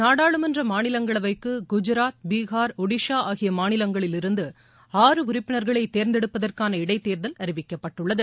நாடாளுமன்ற மாநிலங்களவைக்கு குஜராத் பீகார் ஒடிசா ஆகிய மாநிலங்களிலிருந்து ஆறு உறுப்பினர்களை தேர்ந்தெடுப்பதற்கான இடைத்தேர்தல் அறிவிக்கப்பட்டுள்ளது